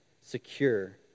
secure